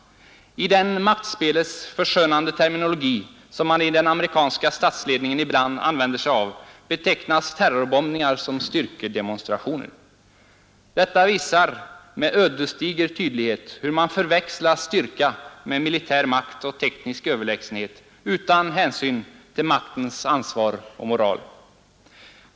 I den maktspelets förskönande terminologi, som man i den amerikanska statsledningen ibland använder sig av, betecknas terrorbombningar som styrkedemonstrationer. Detta visar med ödesdiger tydlighet hur man förväxlar styrka med militär makt och teknisk överlägsenhet, utan hänsyn till maktens ansvar och moral.